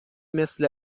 مثل